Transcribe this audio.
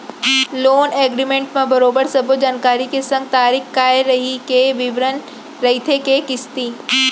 loan agreement म बरोबर सब्बो जानकारी के संग तारीख काय रइही के बिबरन रहिथे के किस्ती